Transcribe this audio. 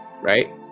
right